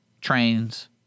trains